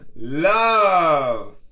Love